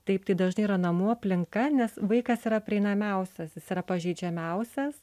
taip tai dažnai yra namų aplinka nes vaikas yra prieinamiausias jis yra pažeidžiamiausias